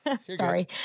Sorry